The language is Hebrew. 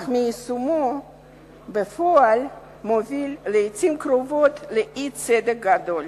אך מימושו בפועל מוביל לעתים קרובות לאי-צדק גדול.